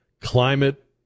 climate